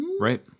Right